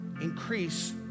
increase